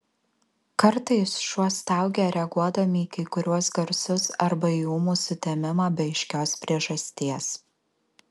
kartais šuo staugia reaguodami į kai kuriuos garsus arba į ūmų sutemimą be aiškios priežasties